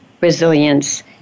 Resilience